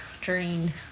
drained